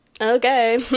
Okay